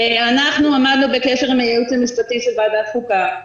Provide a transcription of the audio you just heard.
אנחנו עמדנו בקשר עם הייעוץ המשפטי של ועדת חוקה.